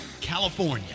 California